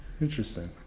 Interesting